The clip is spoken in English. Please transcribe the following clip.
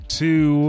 two